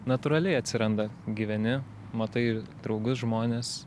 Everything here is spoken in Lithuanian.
natūraliai atsiranda gyveni matai draugus žmones